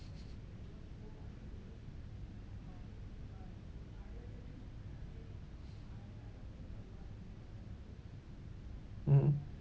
mm